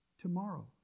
Tomorrow